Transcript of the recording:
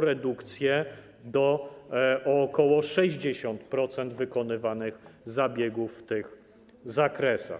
redukcję do ok. 60% wykonywanych zabiegów w tych zakresach.